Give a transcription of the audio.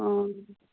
ꯎꯝ